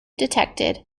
detected